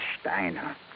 Steiner